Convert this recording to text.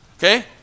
Okay